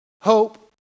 hope